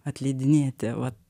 atleidinėti va